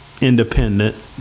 independent